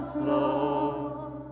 Lord